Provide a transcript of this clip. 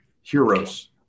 heroes